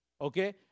Okay